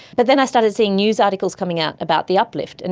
but then i started seeing news articles coming out about the uplift, and